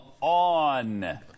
on